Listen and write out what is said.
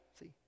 see